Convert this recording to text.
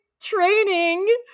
training